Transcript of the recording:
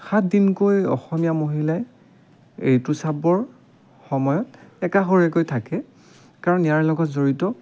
সাত দিনকৈ অসমীয়া মহিলাই ঋতুস্ৰাৱৰ সময়ত একাষৰীয়াকৈ থাকে কাৰণ ইয়াৰ লগত জড়িত